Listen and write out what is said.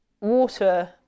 water